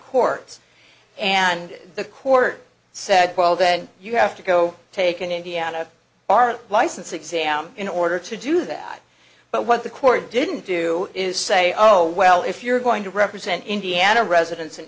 courts and the court said well then you have to go take an indiana our license exam in order to do that but what the court didn't do is say oh well if you're going to represent indiana a residence in